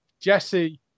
Jesse